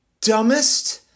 dumbest